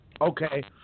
Okay